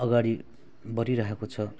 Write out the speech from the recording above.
अघाडि बढिरहेको छ